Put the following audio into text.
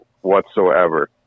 whatsoever